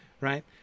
right